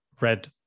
red